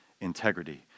integrity